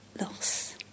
loss